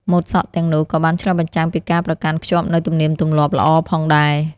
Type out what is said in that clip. ម៉ូតសក់ទាំងនោះក៏បានឆ្លុះបញ្ចាំងពីការប្រកាន់ខ្ជាប់នូវទំនៀមទម្លាប់ល្អផងដែរ។